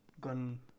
gun